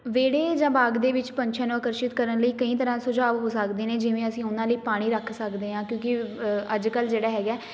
ਵੇਹੜੇ ਜਾਂ ਬਾਗ ਦੇ ਵਿੱਚ ਪੰਛੀਆਂ ਨੂੰ ਆਕਰਸ਼ਿਤ ਕਰਨ ਲਈ ਕਈ ਤਰ੍ਹਾਂ ਸੁਝਾਵ ਹੋ ਸਕਦੇ ਨੇ ਜਿਵੇਂ ਅਸੀਂ ਉਹਨਾਂ ਲਈ ਪਾਣੀ ਰੱਖ ਸਕਦੇ ਹਾਂ ਕਿਉਂਕਿ ਅੱਜ ਕੱਲ੍ਹ ਜਿਹੜਾ ਹੈਗਾ